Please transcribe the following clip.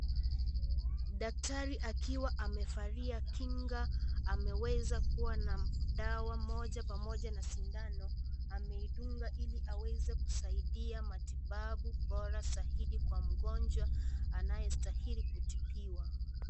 Daktari akiwa amevalia kinga ameweza kuwa na dawa moja pamoja na shindano. Ameidunga ili aweze kusaidia matibabu bora zaidi kwa mgonjwa anayestahili kutibiwa.